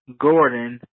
Gordon